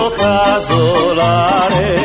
casolare